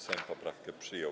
Sejm poprawkę przyjął.